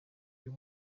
uyu